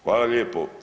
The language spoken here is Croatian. Hvala lijepo.